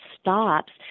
stops